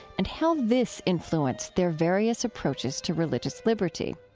and how this influenced their various approaches to religious liberty.